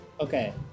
Okay